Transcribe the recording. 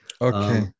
Okay